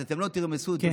אז אתם לא תרמסו, כן, תודה.